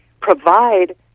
provide